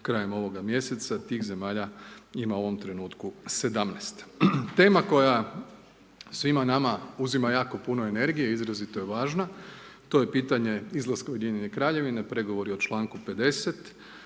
krajem ovoga mjeseca, tih zemalja ima u ovom trenutku 17. Tema koja svima nama uzima jako puno energije izrazito je važna, to je pitanje izlaska Ujedinjene Kraljevine, pregovori o čl. 50.